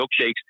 milkshakes